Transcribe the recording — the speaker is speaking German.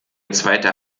zweiter